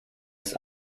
ist